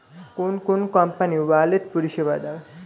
কোন কোন company wallet পরিষেবা দেয়?